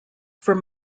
from